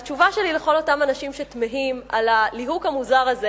התשובה שלי לכל אותם אנשים שתמהים על הליהוק המוזר הזה